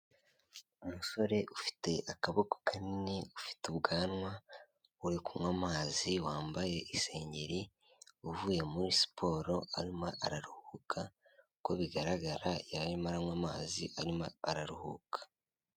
Umusore ufite akaboko kanini, ufite ubwanwa, uri kunywa amazi wambaye isengeri, uvuye muri siporo arimo araruhuka, uko bigaragara yari arimo araranywa amazi arimo araruhuka.